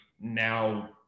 now